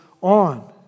on